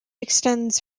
extends